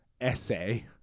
essay